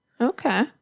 okay